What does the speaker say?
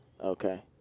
Okay